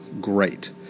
great